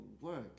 work